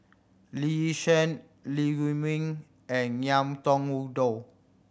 Lee Yi Shyan Lee Huei Min and Ngiam Tong Dow